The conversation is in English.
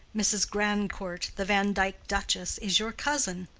mrs. grandcourt, the vandyke duchess, is your cousin?